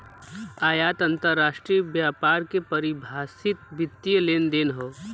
आयात अंतरराष्ट्रीय व्यापार के परिभाषित वित्तीय लेनदेन हौ